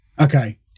Okay